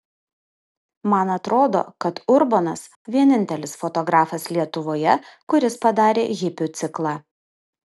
man atrodo kad urbonas vienintelis fotografas lietuvoje kuris padarė hipių ciklą